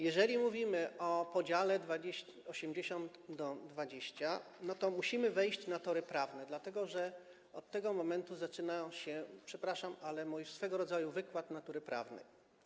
Jeżeli mówimy o podziale 80:20, to musimy wejść na tory prawne, dlatego że od tego momentu zaczyna się - przepraszam za to - mój swego rodzaju wykład natury prawnej.